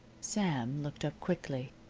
sam looked up quickly.